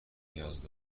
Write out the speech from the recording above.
نیاز